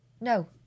No